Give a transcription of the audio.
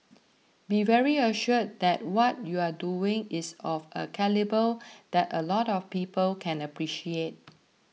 be very assured that what you're doing is of a calibre that a lot of people can appreciate